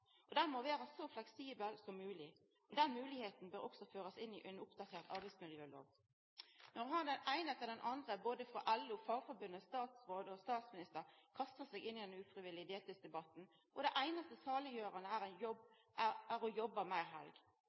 og han må vera så fleksibel som mogleg. Den moglegheita bør òg førast inn i ein oppdatert arbeidsmiljølov. No har den eine etter den andre frå både LO og Fagforbundet og statsråd og statsminister kasta seg inn i debatten om ufrivillig deltid, og det einaste saliggjerande er å jobba meir helg. Men ein